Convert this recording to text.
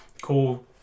Cool